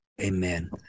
amen